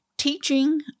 Teaching